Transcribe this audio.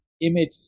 image